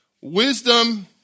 Wisdom